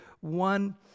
one